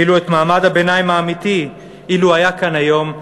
ואילו מעמד הביניים האמיתי, אילו היה כאן היום,